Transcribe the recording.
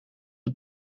het